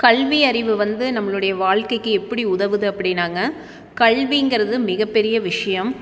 கல்வி அறிவு வந்து நம்மளுடைய வாழ்க்கைக்கு எப்படி உதவுது அப்படினாங்க கல்விங்கிறது மிகப்பெரிய விஷயம்